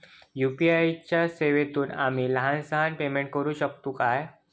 UPI च्या सेवेतून आम्ही लहान सहान पेमेंट करू शकतू काय?